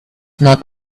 not